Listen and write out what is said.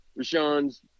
Rashawn's